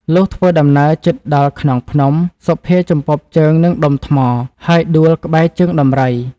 លុះធ្វើដំណើរជិតដល់ខ្នងភ្នំ សុភាជំពប់ជើងនឹងដុំថ្ម ហើយដួលក្បែរ ជើងដំរី ។